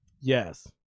Yes